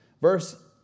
Verse